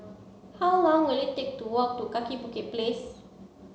how long will it take to walk to Kaki Bukit Place